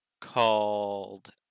called